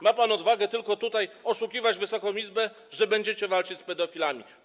Ma pan odwagę tylko oszukiwać Wysoką Izbę, że będziecie walczyć z pedofilami.